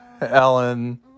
Ellen